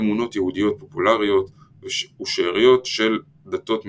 אמונות יהודיות פופולריות ושאריות של דתות מסופוטמיות.